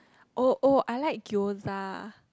oh oh I like gyoza